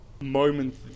moment